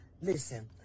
listen